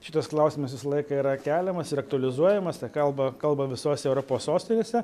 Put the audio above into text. šitas klausimas visą laiką yra keliamas ir aktualizuojamas kalba kalba visos europos sostinėse